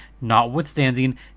notwithstanding